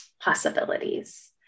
possibilities